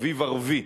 אביב ערבי,